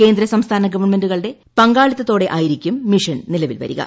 കേന്ദ്ര സംസ്ഥാന ഗവൺമെന്റുകളുടെ പങ്കാളിത്ത്തോടെയായിരിക്കും മിഷൻ നിലവിൽ വരിക